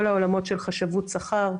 כל העולמות של חשבות שכר,